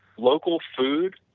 local food,